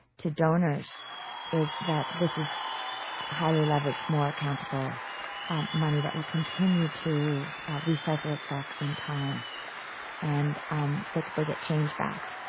to donors is that this is highly leveraged, more accountable money that will continue to recycle itself in time and um like they get change back.